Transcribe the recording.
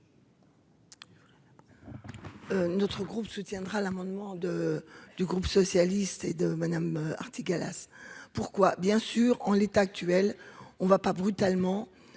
Notre groupe soutiendra l'amendement de du groupe socialiste et de Madame Artigalas pourquoi, bien sûr, en l'état actuel, on va pas brutalement,